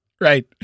right